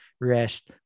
Rest